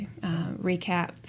recap